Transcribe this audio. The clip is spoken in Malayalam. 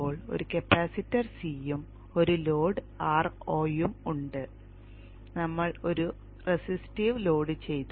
ഇപ്പോൾ ഒരു കപ്പാസിറ്റർ C യും ഒരു ലോഡ് Ro യും ഉണ്ട് നമ്മൾ ഒരു റെസിസ്റ്റീവ് ലോഡ് ചെയ്തു